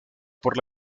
por